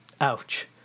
Ouch